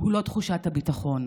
הוא לא תחושת הביטחון